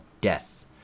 death